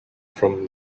from